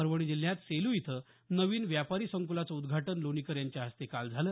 परभणी जिल्ह्यात सेलू इथं नवीन व्यापारी संकूलाचं उद्घाटन लोणीकर यांच्या हस्ते काल झालं